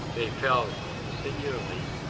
they fell singly,